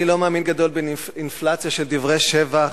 אני לא מאמין גדול באינפלציה של דברי שבח,